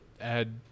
add